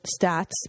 stats